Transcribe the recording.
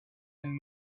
and